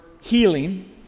healing